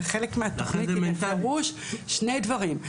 וחלק מהתכנית היא בפירוש שני דברים,